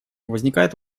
возникает